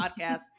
podcast